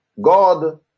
God